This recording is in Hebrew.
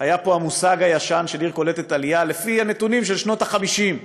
היה פה המושג הישן של עיר קולטת עלייה לפי הנתונים של שנות ה-50,